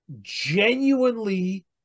genuinely